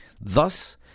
Thus